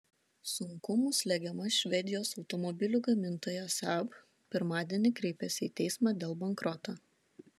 sunkumų slegiama švedijos automobilių gamintoja saab pirmadienį kreipėsi į teismą dėl bankroto